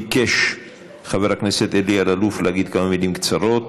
ביקש חבר הכנסת אלי אלאלוף להגיד כמה מילים קצרות.